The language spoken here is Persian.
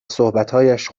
صحبتهایش